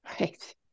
Right